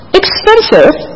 expensive